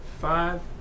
five